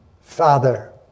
father